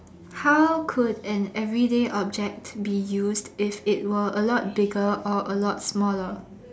how could an everyday object be used if it were a lot bigger or a lot smaller